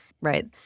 Right